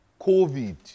COVID